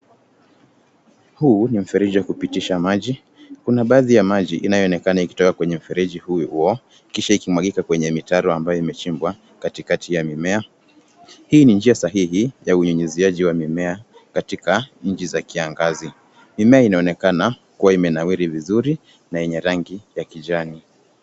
Huu ni mfereji wa kupitisha maji. Kuna baadhi ya maji inayoonekana ikitoka kwenye mfereji huo, kisha ikimwagika kwenye mitaro ambayo imechimbwa katikati ya mimea. Hii ni njia sahihi ya unyunyiziaji wa mimea, katika nchi za kiangazi. Mimea imeonekana kua imenawiri vizuri, na yenye rangi ya kijani.